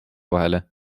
vahele